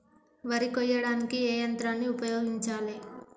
వరి కొయ్యడానికి ఏ యంత్రాన్ని ఉపయోగించాలే?